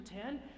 ten